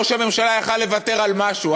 ראש הממשלה היה יכול לוותר על משהו,